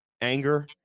anger